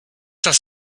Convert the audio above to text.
das